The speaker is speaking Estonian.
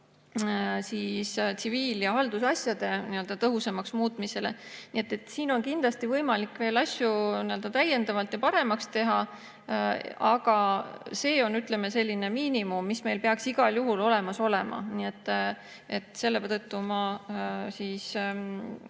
just tsiviil- ja haldusasjade tõhusamaks muutmisele. Siin on kindlasti võimalik veel asju täiendada ja paremaks teha. Aga see on, ütleme, selline miinimum, mis peaks meil igal juhul olemas olema. Selle tõttu ma küll